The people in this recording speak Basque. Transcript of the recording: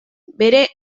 bere